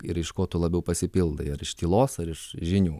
ir iš ko tu labiau pasipildai ar iš tylos ar iš žinių